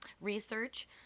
research